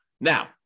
Now